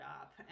up